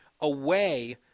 away